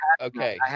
Okay